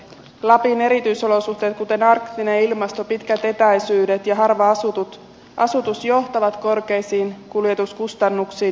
lapin erityisolosuhteet kuten arktinen ilmasto pitkät etäisyydet ja harva asutus johtavat korkeisiin kuljetuskustannuksiin